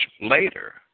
later